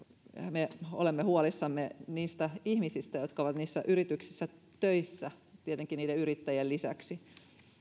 me olemme huolissamme niistä ihmisistä jotka ovat niissä yrityksissä töissä tietenkin niiden yrittäjien lisäksi